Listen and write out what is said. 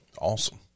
Awesome